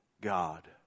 God